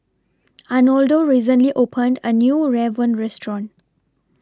Arnoldo recently opened A New Rawon Restaurant